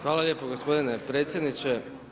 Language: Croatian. Hvala lijepo gospodine predsjedniče.